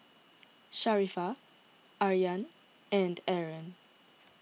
Sharifah Aryan and Aaron